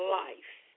life